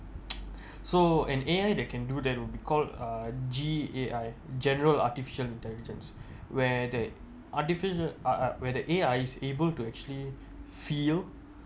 so an A_I that can do that would be called uh G_A_I general artificial intelligence where that artificial uh uh where the A_I is able to actually feel